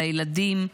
לילדים,